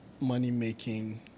money-making